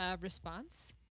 response